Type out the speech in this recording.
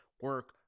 Work